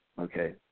Okay